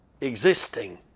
existing